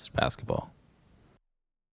basketball